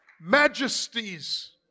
Majesties